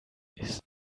ist